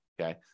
okay